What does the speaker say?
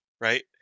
right